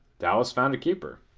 dallas found a keeper.